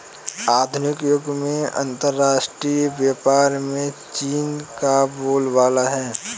आधुनिक युग में अंतरराष्ट्रीय व्यापार में चीन का बोलबाला है